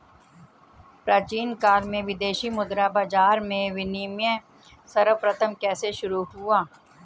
प्राचीन काल में विदेशी मुद्रा बाजार में विनिमय सर्वप्रथम कैसे शुरू हुआ?